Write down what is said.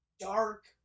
dark